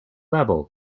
level